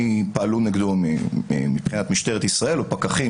מי שפעלו נגדו ממשטרת ישראל או פקחים